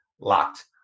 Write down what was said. locked